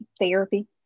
therapy